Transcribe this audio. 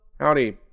Howdy